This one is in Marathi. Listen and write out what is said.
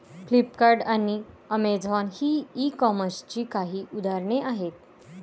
फ्लिपकार्ट आणि अमेझॉन ही ई कॉमर्सची काही उदाहरणे आहे